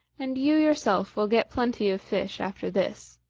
and you yourself will get plenty of fish after this.